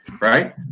right